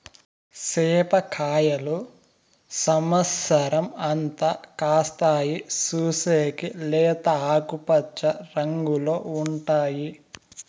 సేప కాయలు సమత్సరం అంతా కాస్తాయి, చూసేకి లేత ఆకుపచ్చ రంగులో ఉంటాయి